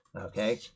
Okay